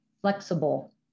flexible